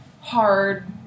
hard